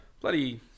Bloody